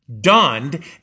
donned